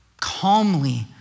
calmly